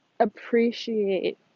appreciate